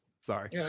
Sorry